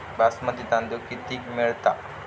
बासमती तांदूळ कितीक मिळता?